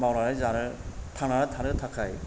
मावनानै जानो थांनानै थानो थाखाय